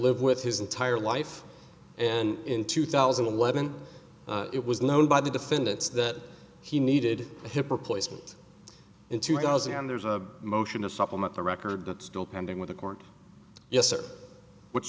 live with his entire life and in two thousand and eleven it was known by the defendants that he needed a hip replacement in two thousand and there's a motion to supplement the record that still pending with the court yes or what's